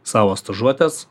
savo stažuotes